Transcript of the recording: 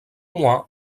mois